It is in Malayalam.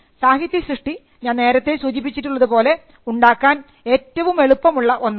സാഹിത്യസൃഷ്ടി ഞാൻ നേരത്തെ സൂചിപ്പിച്ചതുപോലെ ഉണ്ടാക്കാൻ ഏറ്റവും എളുപ്പമുള്ള ഒന്നാണ്